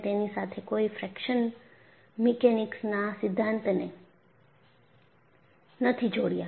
તમે તેની સાથે કોઈ ફ્રેકશન મિકેનિક્સના સિદ્ધાંતને નથી જોડ્યા